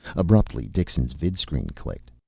abruptly dixon's vidscreen clicked.